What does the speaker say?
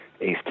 East